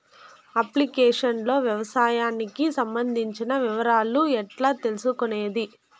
Application లో వ్యవసాయానికి సంబంధించిన వివరాలు ఎట్లా తెలుసుకొనేది?